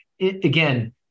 Again